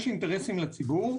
יש אינטרסים לציבור,